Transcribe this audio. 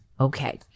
Okay